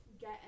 get